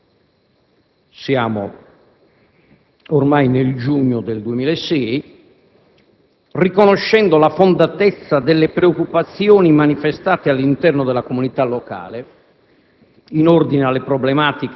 (siamo ormai nel giugno 2006), riconoscendo la fondatezza delle preoccupazioni manifestate all'interno della comunità locale